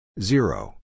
Zero